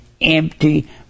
empty